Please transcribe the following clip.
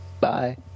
Bye